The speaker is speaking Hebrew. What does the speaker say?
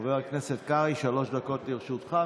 חבר הכנסת קרעי, שלוש דקות לרשותך.